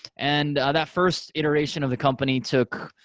and that first iteration of the company took